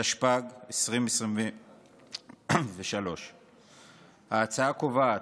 התשפ"ג 2023. ההצעה קובעת: